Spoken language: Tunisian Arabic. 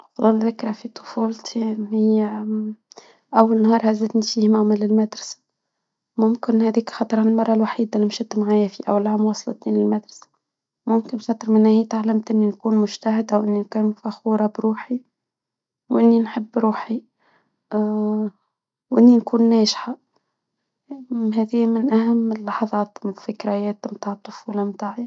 أفضل ذكرى في طفولتي هي أول نهار هزتني فيه ماما للمدرسة، ممكن هاديك خطرة المرة الوحيدة اللي مشيت معايا فيها موصلتني للمدرسة، ممكن خاطر من وقتها تعلمت إني نكون مجتهدة أو إني كنت فخورة بروحي وإني نحب روحي وإني نكون ناجحة، هادي من أهم اللحظات وذكريات بتاع الطفولة بتاعي..